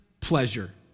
pleasure